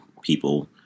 people